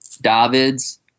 Davids